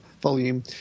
volume